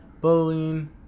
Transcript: Bowling